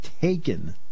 taken